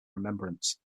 remembrance